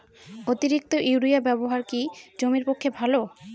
অতিরিক্ত ইউরিয়া ব্যবহার কি জমির পক্ষে ভালো?